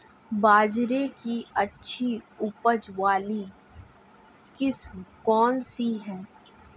बाजरे की अच्छी उपज वाली किस्म कौनसी है?